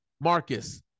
Marcus